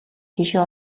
тийшээ